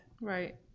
Right